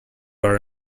are